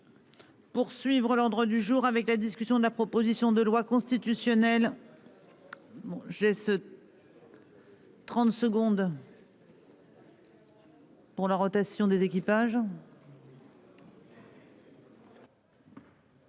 Pour suivre l'ordre du jour avec la discussion de la proposition de loi constitutionnelle. Chez ce. 30 secondes. Pour la rotation des équipages.